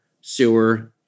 sewer